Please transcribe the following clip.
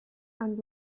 and